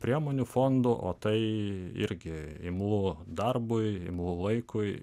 priemonių fondų o tai irgi imlu darbui imlu laikui